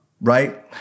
right